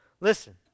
listen